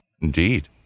Indeed